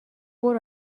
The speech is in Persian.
برو